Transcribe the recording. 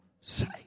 say